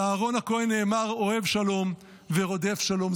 על אהרן הכהן נאמר "אוהב שלום ורודף שלום".